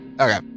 Okay